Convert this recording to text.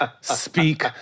speak